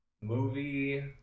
Movie